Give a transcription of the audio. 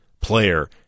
player